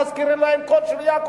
מזכירים להם כל שנייה,